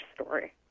story